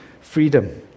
freedom